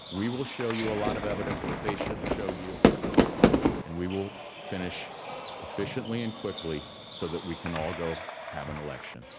we will show you a lot of evidence that they should have showed you and we will finish efficiently and quickly so that we can all go have an election,